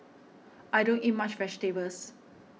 I don't eat much vegetables